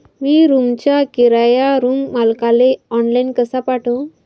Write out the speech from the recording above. मी रूमचा किराया रूम मालकाले ऑनलाईन कसा पाठवू?